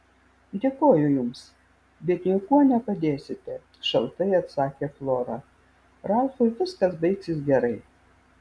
dėkoju jums bet niekuo nepadėsite šaltai atsakė flora ralfui viskas baigsis gerai